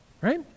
right